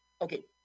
okay